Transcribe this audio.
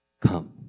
come